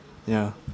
ya